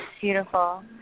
Beautiful